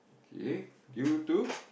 okay due to